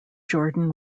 jordan